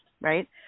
right